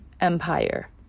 Empire